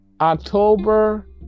October